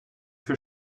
für